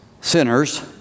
sinner's